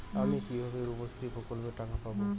আমি কিভাবে রুপশ্রী প্রকল্পের টাকা পাবো?